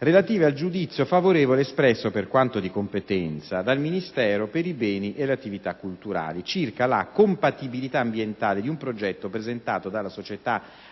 relative al giudizio favorevole espresso, per quanto di competenza, dal Ministero per i beni e le attività culturali, circa la compatibilità ambientale di un progetto presentato dalla società